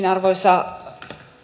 arvoisa